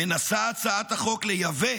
מנסה הצעת החוק לייבא